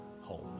home